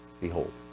behold